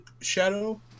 Shadow